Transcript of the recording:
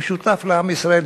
המשותף לעם ישראל,